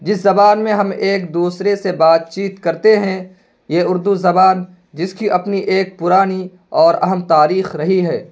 جس زبان میں ہم ایک دوسرے سے بات چیت کرتے ہیں یہ اردو زبان جس کی اپنی ایک پرانی اور اہم تاریخ رہی ہے